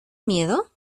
miedo